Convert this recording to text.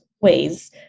ways